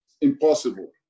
Impossible